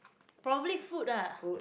probably food ah